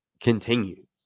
continue